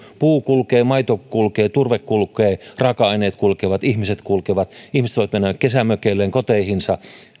että puu kulkee maito kulkee turve kulkee raaka aineet kulkevat ihmiset kulkevat ihmiset voivat mennä kesämökeilleen koteihinsa